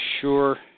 sure